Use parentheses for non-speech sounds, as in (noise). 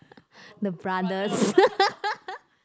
the brothers (laughs)